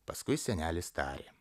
paskui senelis tarė